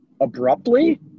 abruptly